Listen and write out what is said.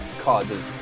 causes